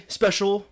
special